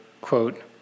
quote